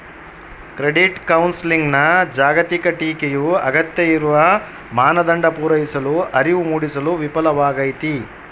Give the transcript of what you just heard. credit ಕೌನ್ಸೆಲಿಂಗ್ನ ಜಾಗತಿಕ ಟೀಕೆಯು ಅಗತ್ಯವಿರುವ ಮಾನದಂಡ ಪೂರೈಸಲು ಅರಿವು ಮೂಡಿಸಲು ವಿಫಲವಾಗೈತಿ